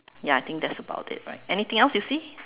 ya I think that's about it right anything else you see